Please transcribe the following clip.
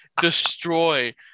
destroy